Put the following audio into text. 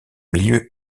milieu